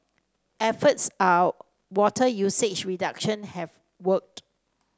efforts are water usage reduction have worked